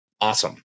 awesome